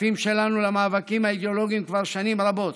שותפים שלנו למאבקים האידיאולוגיים כבר שנים רבות.